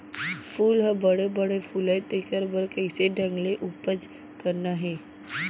फूल ह बड़े बड़े फुलय तेकर बर कइसे ढंग ले उपज करना हे